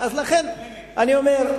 אז לכן אני אומר,